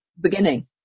beginning